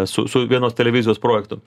su su vienos televizijos projektu